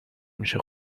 میشه